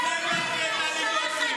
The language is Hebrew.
לפני ואחרי טלי גוטליב.